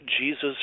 Jesus